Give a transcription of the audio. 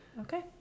Okay